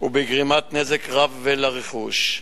ובגרימת נזק רב לרכוש.